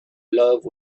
love